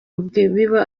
biba